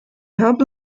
habe